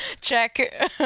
Check